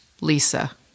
Lisa